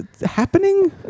happening